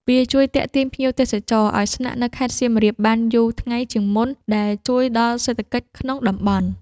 វាជួយទាក់ទាញភ្ញៀវទេសចរឱ្យស្នាក់នៅខេត្តសៀមរាបបានយូរថ្ងៃជាងមុន ដែលជួយដល់សេដ្ឋកិច្ចក្នុងតំបន់។